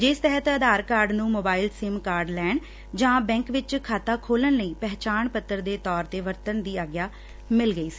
ਜਿਸ ਤਹਿਤ ਆਧਾਰ ਕਾਰਡ ਨੂੰ ਮੋਬਾਈਲ ਸਿੱਮ ਕਾਰਡ ਲੈਣ ਜਾਂ ਬੈਂਕ ਵਿਚ ਖਾਤਾ ਖੋਲਣ ਲਈ ਪਹਿਚਾਣ ਪੱਤਰ ਦੇ ਤੌਰ ਤੇ ਵਰਤਣ ਦੀ ਆਗਿਆ ਮਿਲ ਗਈ ਸੀ